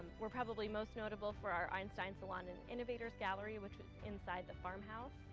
we're probably most notable for our einstein salon and innovators gallery which was inside the farmhouse.